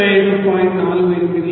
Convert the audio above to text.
48